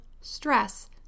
stress